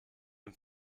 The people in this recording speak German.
dem